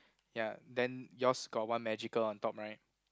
ya then yours got one magical on top right